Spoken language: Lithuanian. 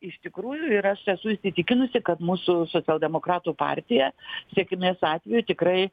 iš tikrųjų ir aš esu įsitikinusi kad mūsų socialdemokratų partija sėkmės atveju tikrai